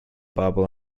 bible